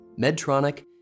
Medtronic